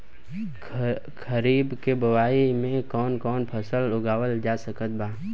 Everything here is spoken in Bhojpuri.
खरीब के बोआई मे कौन कौन फसल उगावाल जा सकत बा?